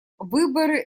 выборы